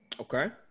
Okay